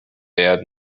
بیاد